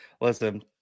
Listen